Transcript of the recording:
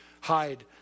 hide